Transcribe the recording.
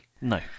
No